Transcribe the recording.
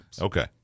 Okay